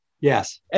Yes